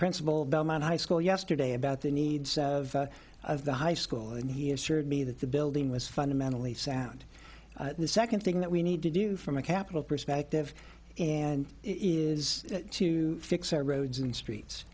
principal belmont high school yesterday about the needs of the high school and he assured me that the building was fundamentally sound the second thing that we need to do from a capital perspective and is to fix our roads and streets